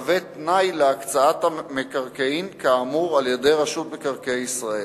ותהיה תנאי להקצאת המקרקעין כאמור על-ידי רשות מקרקעי ישראל.